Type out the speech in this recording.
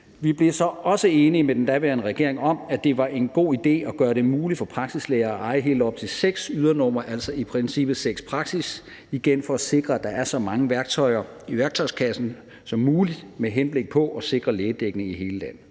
Vi blev så også enig med den daværende regering om, at det var en god idé at gøre det muligt for praksislæger at eje helt op til seks ydernumre, altså i princippet seks praksisser – igen for at sikre, at der er så mange værktøjer i værktøjskassen som muligt med henblik på at sikre lægedækning i hele landet.